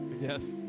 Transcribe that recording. Yes